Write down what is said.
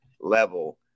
level